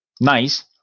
Nice